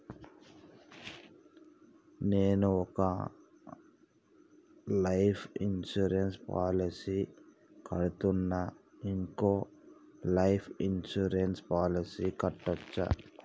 నేను ఒక life insurance policy కడ్తున్నా, ఇంకో లైఫ్ ఇన్సూరెన్స్ పాలసీ కట్టొచ్చా?